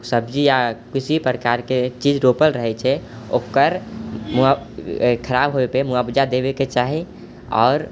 सब्जी या किसी प्रकारके चीज रोपल रहै छै ओकर खराब हुवेपर मुआवजा देबैके चाही आओर